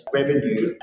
revenue